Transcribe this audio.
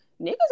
niggas